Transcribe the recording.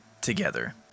together